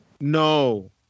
No